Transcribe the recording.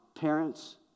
parents